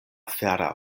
fera